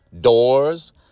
Doors